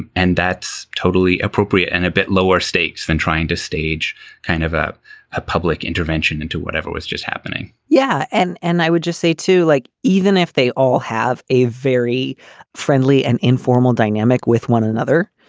and that's totally appropriate and a bit lower stakes than trying to stage kind of ah a public intervention into whatever was just happening yeah. and and i would just say to like even if they all have a very friendly and informal dynamic with one another,